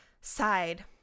side